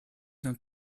dans